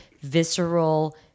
visceral